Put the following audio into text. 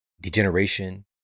degeneration